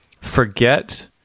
Forget